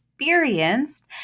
Experienced